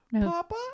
papa